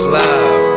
love